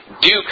Duke